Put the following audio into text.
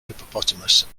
hippopotamus